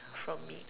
from meat